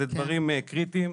זה דברים קריטיים.